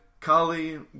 Kali